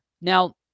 Now